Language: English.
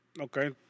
Okay